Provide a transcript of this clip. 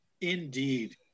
indeed